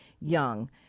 young